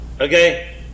Okay